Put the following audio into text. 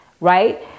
Right